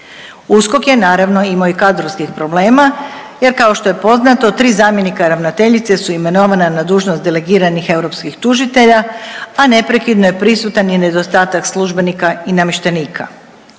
USKOK je naravno imao i kadrovskih problema, jer kao što je poznato 3 zamjenika ravnateljice su imenovana na dužnost delegiranih europskih tužitelja, a neprekidno je prisutan i nedostatak službenika i namještenika.